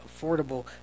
affordable